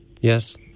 Yes